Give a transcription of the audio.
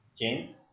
James